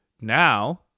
now